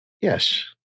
Yes